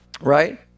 right